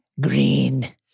green